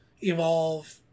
Evolve